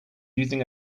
using